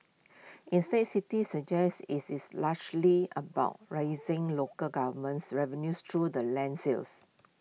instead city suggest IT is largely about raising local governments revenues through the land sales